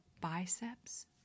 biceps